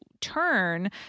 turn